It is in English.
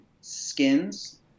skins